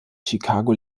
chicago